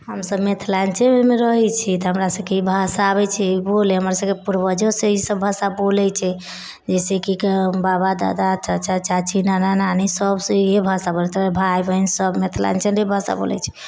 हमसब मिथिलाञ्चलमे रहै छी तऽ हमरा सबके ई भाषा आबै छै बोलऽ हमर सबके पूर्वजेसँ ई सब भाषा बोलै छै जैसे कि बाबा दादा चाचा चाची नाना नानी सबसँ इहे भाषा बोलतै भाई बहिन सब मिथिलाञ्चले भाषा बोलै छी